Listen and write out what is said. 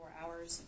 hours